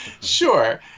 Sure